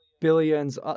Billion's